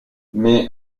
mais